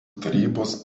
tarybos